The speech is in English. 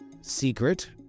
secret